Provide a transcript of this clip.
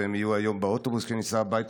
והם יהיו היום באוטובוס כשניסע הביתה,